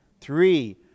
Three